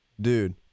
dude